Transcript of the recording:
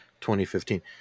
2015